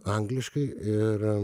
angliškai ir